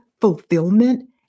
fulfillment